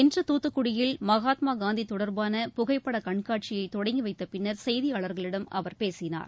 இன்று தூத்துக்குடியில் மகாத்மா காந்தி தொடர்பான புகைப்பட கண்காட்சியை தொடங்கிவைத்த பின்னர் செய்தியாளர்களிடம் அவர் பேசினார்